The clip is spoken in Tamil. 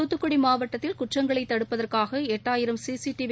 துத்துக்குடி மாவட்டத்தில் குற்றங்களை தடுப்பதற்காக எட்டாயிரம் சிசிடிவி